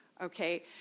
Okay